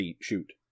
shoot